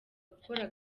gukora